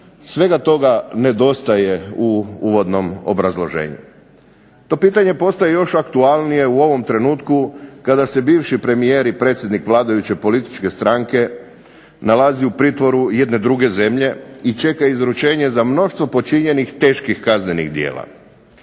Svega toga nedostaje u uvodnom obrazloženju. To pitanje postaje još aktualnije u ovom trenutku kada se bivši premijer i predsjednik vladajuće političke stranke nalazi u pritvoru jedne druge zemlje, i čeka izručenje za mnoštvo počinjenih teških kaznenih djela.